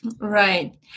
Right